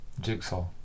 Jigsaw